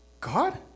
God